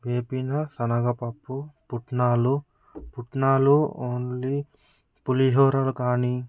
వేపిన శనగపప్పు పుట్నాలు పుట్నాలు ఓన్లీ పులిహోరలో కానీ